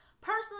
Personally